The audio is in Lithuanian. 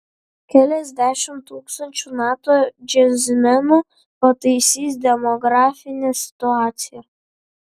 keliasdešimt tūkstančių nato džiazmenų pataisys demografinę situaciją